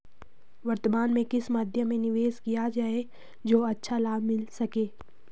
वर्तमान में किस मध्य में निवेश किया जाए जो अच्छा लाभ मिल सके?